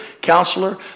Counselor